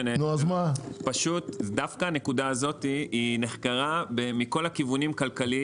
פשוט דווקא הנקודה הזאתי היא נחקרה מכל הכיוונים כלכלית.